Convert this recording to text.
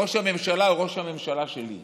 ראש הממשלה הוא ראש הממשלה שלי,